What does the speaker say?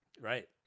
right